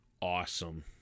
awesome